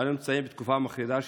אנו נמצאים בתקופה מחרידה,